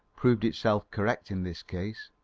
proved itself correct in this case.